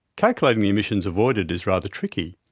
calculating the emissions avoided is rather tricky.